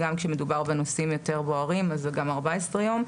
כשמדובר בנושאים יותר בוערים אז גם 14 יום,